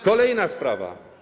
Kolejna sprawa.